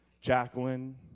Jacqueline